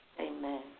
Amen